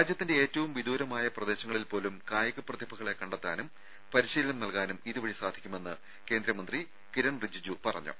രാജ്യത്തിന്റെ ഏറ്റവും വിദൂരമായ പ്രദേശങ്ങളിൽ പോലും കായിക പ്രതിഭകളെ കണ്ടെത്താനും പരിശീലനം നൽകാനും ഇതുവഴി സാധിക്കുമെന്ന് കേന്ദ്രമന്ത്രി കിരൺ റിജിജു പറഞ്ഞു